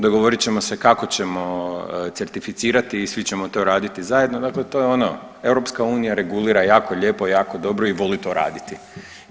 Dogovorit ćemo se kako ćemo certificirati i svi ćemo to raditi zajedno, dakle to je ono EU regulira jako lijepo, jako dobro i voli to raditi.